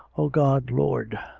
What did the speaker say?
o god, lord,